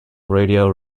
radio